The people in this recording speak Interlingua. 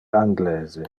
anglese